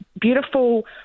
beautiful